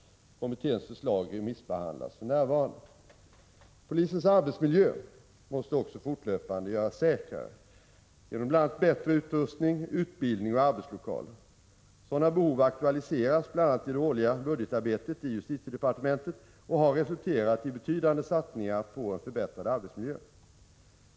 Kommitténs förslag remissbehandlas för närvarande. Polisens arbetsmiljö måste också fortlöpande göras säkrare genom bl.a. bättre utrustning, utbildning och arbetslokaler. Sådana behov aktualiseras bl.a. i det årliga budgetarbetet i justitiedepartementet och har resulterat i betydande satsningar på en förbättrad arbetsmiljö.